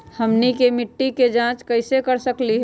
हमनी के मिट्टी के जाँच कैसे कर सकीले है?